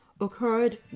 occurred